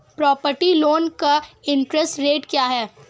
Property loan का interest rate क्या है?